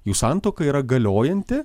jų santuoka yra galiojanti